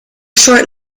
short